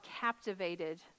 captivated